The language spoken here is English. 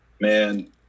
man